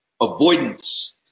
avoidance